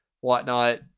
whatnot